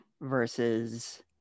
versus